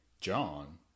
John